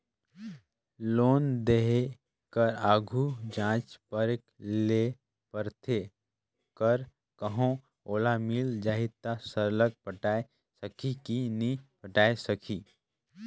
loan देय कर आघु जांचे परखे ले परथे कर कहों ओला मिल जाही ता सरलग पटाए सकही कि नी पटाए सकही